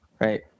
right